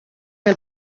del